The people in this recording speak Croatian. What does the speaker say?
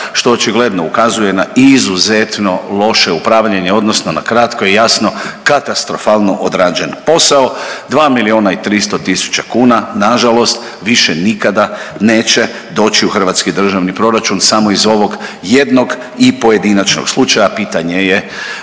što očigledno ukazuje na izuzetno loše upravljanje odnosno na kratko i jasno, katastrofalno odrađen posao. 2 milijuna i 300 tisuća kuna nažalost više nikada neće doći u hrvatski državni proračun samo iz ovog jednog i pojedinačnog slučaja,